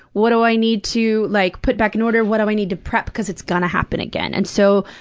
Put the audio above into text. what do i need to, like, put back in order? what do i need to prep? cause it's gonna happen again. and so,